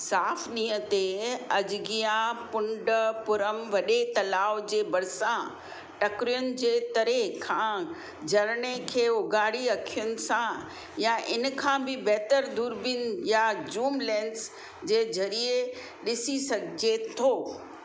साफ़ु ॾींहं ते अझगियापुंडपुरम वॾे तलाउ जे भरिसां टकरियुनि जे तरे खां झरणे खे उघाड़ी अखियुनि सां या इन खां बि बहितर दूरबीन या जूम लेंस जे ज़रिये ॾिसी सघिजे थो